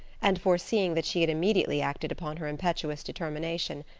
and foreseeing that she had immediately acted upon her impetuous determination,